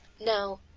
no,